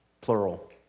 plural